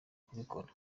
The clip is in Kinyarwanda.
kubikora